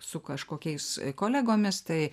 su kažkokiais kolegomis tai